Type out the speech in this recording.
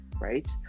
right